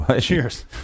cheers